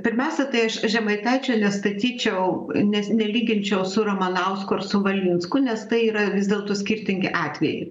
pirmiausia tai aš žemaitaičio nestatyčiau nes nelyginčiau su ramanausku ar su valinsku nes tai yra vis dėlto skirtingi atvejai